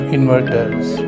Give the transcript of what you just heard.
Inverters